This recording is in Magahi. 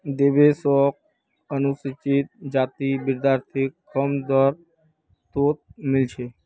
देवेश शोक अनुसूचित जाति विद्यार्थी कम दर तोत मील छे